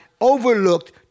overlooked